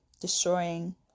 destroying